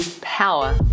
power